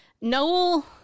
Noel